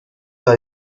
vers